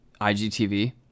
igtv